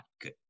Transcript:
good